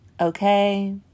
okay